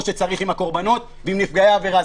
שצריך עם הקורבנות ועם נפגעי העבירה.